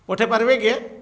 ପଠାଇ ପାରିବେ କି